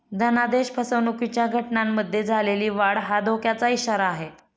धनादेश फसवणुकीच्या घटनांमध्ये झालेली वाढ हा धोक्याचा इशारा आहे